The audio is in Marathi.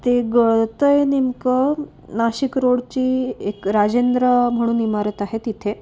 ते गळतय नेमकं नाशिक रोड ची एक राजेंद्र म्हणून इमारत आहे तिथे